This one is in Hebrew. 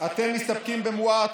אתם מסתפקים במועט,